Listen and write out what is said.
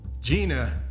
Gina